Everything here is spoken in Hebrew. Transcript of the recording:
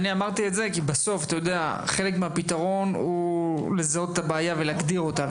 אני אמרתי את זה כי בסוף חלק מהפתרון הוא לזהות את הבעיה ולהגדיר אותה.